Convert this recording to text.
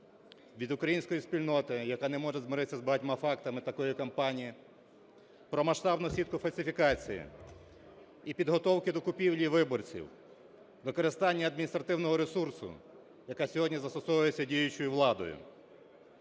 від української спільноти, яка не може змиритися з багатьма фактами такої кампанії, про масштабну сітку фальсифікацій і підготовки до купівлі виборців, використання адміністративного ресурсу, яка сьогодні застосовується діючою владою.